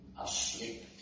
asleep